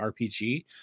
RPG